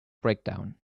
breakdown